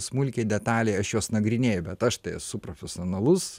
smulkiai detaliai aš juos nagrinėju bet aš tai esu profesionalus